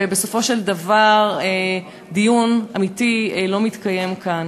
ובסופו של דבר דיון אמיתי לא מתקיים כאן.